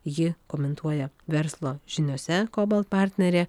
ji komentuoja verslo žiniose kobalt partnerė